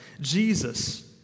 Jesus